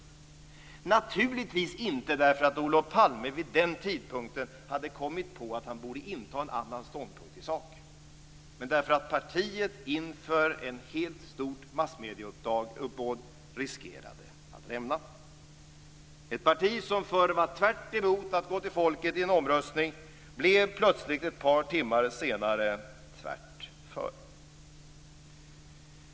Det skedde naturligtvis inte för att Olof Palme vid den tidpunkten hade kommit på att han borde inta en annan ståndpunkt i sak, utan därför att partiet riskerade att rämna inför ett stort massmedieuppbåd. Ett parti som förut var tvärtemot att gå till folket med en omröstning blev plötsligt ett par timmar senare tvärt för.